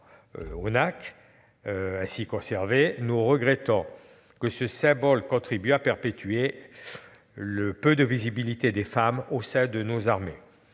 ONACVG ainsi conservé, nous regrettons que ce symbole contribue à perpétuer le peu de visibilité des femmes au sein de nos armées.